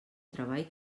treball